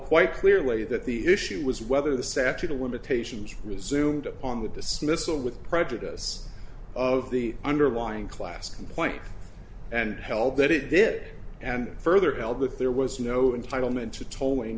quite clearly that the issue was whether the statute of limitations resumed on the dismissal with prejudice of the underlying class point and held that it did and further held that there was no entitle meant to tolling